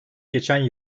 geçen